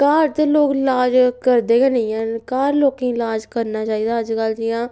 घर ते लोग लाज करदे गै नेईं हैन घर लोकें गी लाज करना चाहिदा अजकल्ल जि'यां